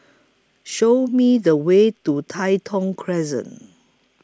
Show Me The Way to Tai Thong Crescent